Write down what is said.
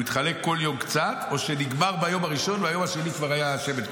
הוא התחלק בכל יום קצת או שנגמר ביום הראשון וביום השני כבר היה השמן?